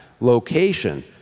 location